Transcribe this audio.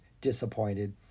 disappointed